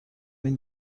این